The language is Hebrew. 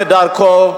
כדרכו,